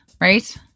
right